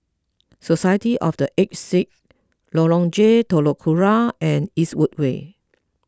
society of the Aged Sick Lorong J Telok Kurau and Eastwood Way